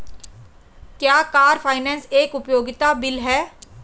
क्या car finance एक उपयोगिता बिल है?